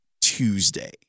Tuesday